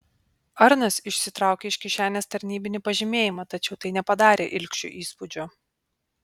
arnas išsitraukė iš kišenės tarnybinį pažymėjimą tačiau tai nepadarė ilgšiui įspūdžio